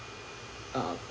err